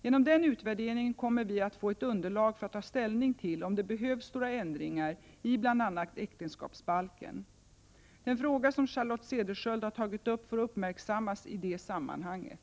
Genom den utvärderingen kommer vi att få ett underlag för att ta ställning till om det behövs några ändringar i bl.a. äktenskapsbalken. Den fråga som Charlotte Cederschiöld har tagit upp får uppmärksammas i det sammanhanget.